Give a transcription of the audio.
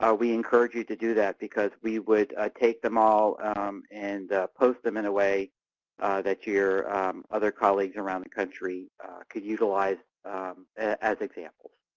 ah we encourage you to do that because we would take them all and post them in a way that your other colleagues around the country could utilize as examples.